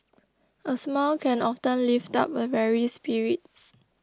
a smile can often lift up a weary spirit